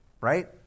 right